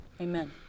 Amen